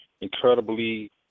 incredibly